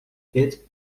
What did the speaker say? hit